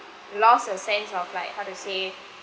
lost a sense of like how to say